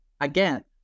again